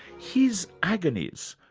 his agonies,